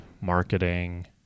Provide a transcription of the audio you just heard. marketing